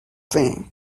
thing